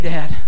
Dad